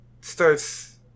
starts